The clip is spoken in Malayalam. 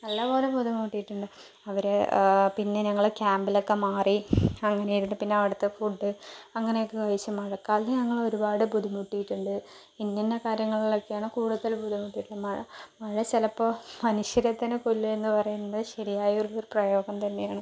നല്ലപോലെ ബുദ്ധിമുട്ടിട്ടുണ്ട് അവർ പിന്നെ ഞങ്ങളെ ക്യാമ്പിലൊക്കെ മാറി അങ്ങനെ ആയിരുന്നു പിന്നെ അവിടെത്തെ ഫുഡ് അങ്ങനെയൊക്കെ കഴിച്ച് മഴക്കാലം ഞങ്ങളൊരുപാട് ബുദ്ധിമുട്ടിട്ടുണ്ട് ഇന്നിന്ന കാര്യങ്ങളിലൊക്കെയാണ് കൂടുതൽ ബുദ്ധിമുട്ടിട്ടുള്ളത് മഴ മഴ ചിലപ്പോൾ മനുഷ്യരെ തന്നെ കൊല്ലും എന്ന് പറയുന്നത് ശരിയായൊരു പ്രയോഗം തന്നെയാണ്